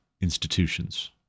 institutions